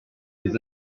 des